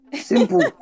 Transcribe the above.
simple